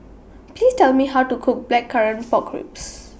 Please Tell Me How to Cook Blackcurrant Pork Ribs